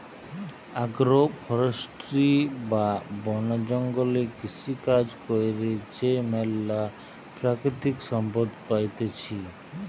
agro forestry বা বন জঙ্গলে কৃষিকাজ কইরে যে ম্যালা প্রাকৃতিক সম্পদ পাইতেছি